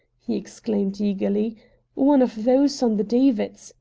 he exclaimed eagerly one of those on the davits,